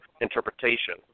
interpretation